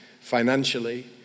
financially